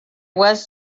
was